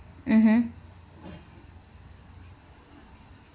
mmhmm